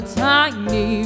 tiny